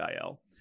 IL